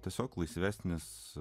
tiesiog laisvesnis